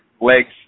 legs